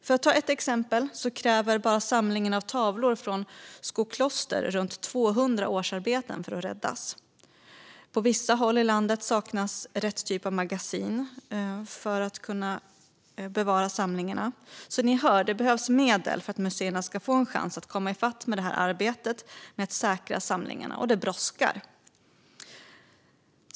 För att ta ett exempel kräver bara tavelsamlingen på Skokloster runt 200 årsarbeten för att räddas, och på vissa håll saknas rätt typ av magasin. Som ni hör behövs det medel för att museerna ska få en chans att komma i fatt i arbetet med att säkra samlingarna, och det brådskar.